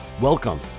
Welcome